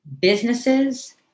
businesses